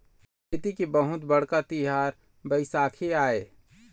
खेती के बहुत बड़का तिहार बइसाखी आय